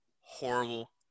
horrible